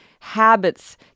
habits